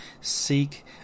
seek